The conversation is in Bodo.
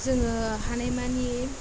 जोङो हानायमानि